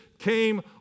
came